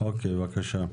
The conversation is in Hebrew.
בבקשה.